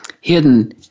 hidden